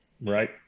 Right